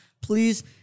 please